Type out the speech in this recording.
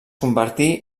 convertí